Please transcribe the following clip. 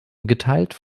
geteilt